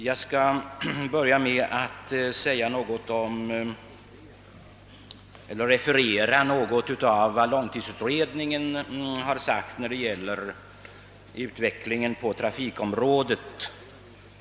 Jag skall börja med att referera något av vad långtidsutredningen sagt när det gäller den framtida utvecklingen på trafikområdet.